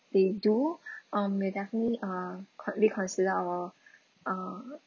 they do um we'll definitely uh co~ reconsider our uh